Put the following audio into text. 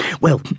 Well—